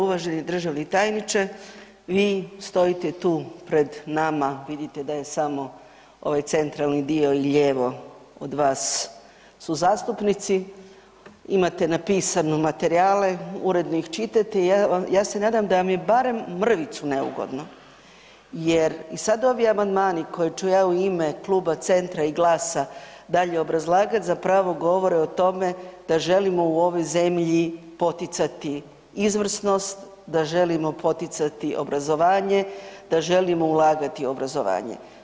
Uvaženi državni tajniče vi stojite tu pred nama vidite da je samo ovaj centralni dio i lijevo od vas su zastupnici, imate napisane materijale, uredno ih čitate i ja se nadam da vam je barem mrvicu neugodno jer i sad ovi amandmani koje ću ja u ime Kluba centra i GLAS-a dalje obrazlagat zapravo govore o tome da želimo u ovoj zemlji poticati izvrsnost, da želimo poticati obrazovanje, da želimo ulagati u obrazovanje.